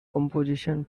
composition